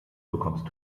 bekommst